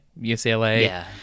UCLA